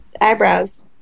eyebrows